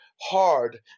hard